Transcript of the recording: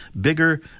bigger